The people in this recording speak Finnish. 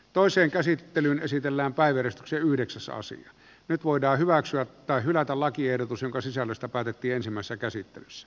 toisen käsittelyn esitellään päivitys yhdeksäs saa sen nyt voidaan hyväksyä tai hylätä lakiehdotus jonka sisällöstä päätettiinsemmassa käsittelyssä